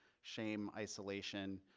shame, isolation,